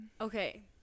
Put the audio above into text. okay